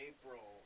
April